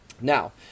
Now